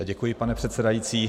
Děkuji, pane předsedající.